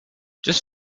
just